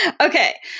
Okay